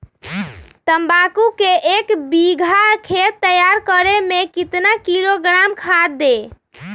तम्बाकू के एक बीघा खेत तैयार करें मे कितना किलोग्राम खाद दे?